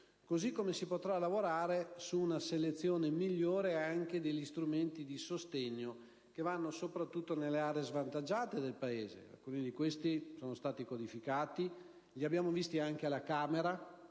modo, si potrà lavorare su una selezione migliore anche degli strumenti di sostegno, che vanno soprattutto nelle aree svantaggiate del Paese. Alcuni di questi strumenti sono stati codificati, e li abbiamo visti anche alla Camera;